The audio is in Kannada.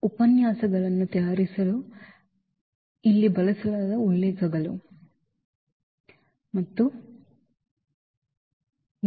ಉಪನ್ಯಾಸಗಳನ್ನು ತಯಾರಿಸಲು ಇಲ್ಲಿ ಬಳಸಲಾದ ಉಲ್ಲೇಖಗಳು ಇವು